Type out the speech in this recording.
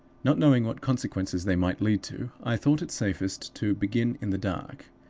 not knowing what consequences they might lead to, i thought it safest to begin in the dark.